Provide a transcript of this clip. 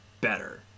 better